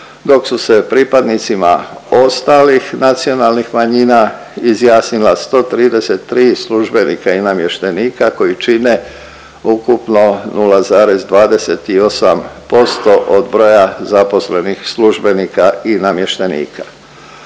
dok su se pripadnicima ostalih nacionalnih manjina izjasnila 133 službenika i namještenika koji čine ukupno 0,28% od broja zaposlenih službenika i namještenika.